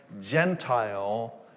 Gentile